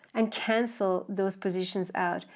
and cancel those positions out,